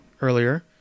earlier